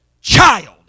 child